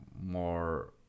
more